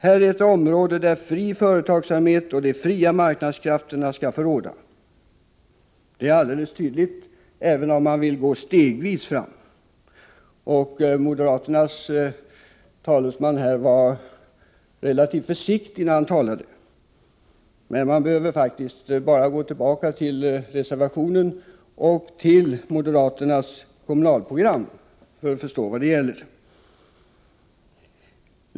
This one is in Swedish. Här är ett område där fri företagsamhet och de fria marknadskrafterna skall få råda — det är alldeles tydligt, även om man vill gå stegvis fram. Och moderaternas talesman var ju relativt försiktig när han yttrade sig. Men man behöver faktiskt bara gå till reservationen och till moderaternas kommunalprogram för att förstå vad det gäller.